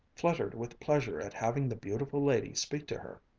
fluttered with pleasure at having the beautiful lady speak to her.